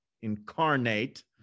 incarnate